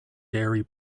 dairy